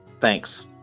Thanks